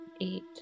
eight